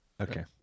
Okay